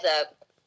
Up